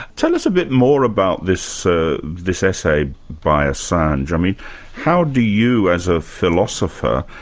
tell us a bit more about this ah this essay by assange. i mean how do you, as a philosopher,